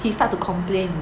he start to complain